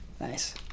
Nice